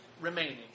remaining